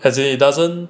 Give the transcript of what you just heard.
as in it doesn't